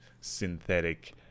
synthetic